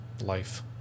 life